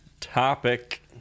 topic